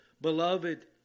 beloved